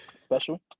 special